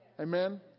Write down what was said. Amen